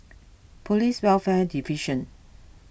Police Welfare Division